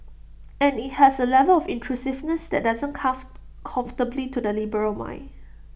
and IT has A level of intrusiveness that doesn't come comfortably to the liberal mind